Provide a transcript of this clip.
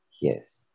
yes